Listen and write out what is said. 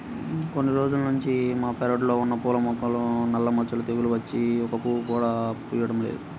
కొన్ని రోజుల్నుంచి మా పెరడ్లో ఉన్న పూల మొక్కలకు నల్ల మచ్చ తెగులు వచ్చి ఒక్క పువ్వు కూడా పుయ్యడం లేదు